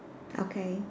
okay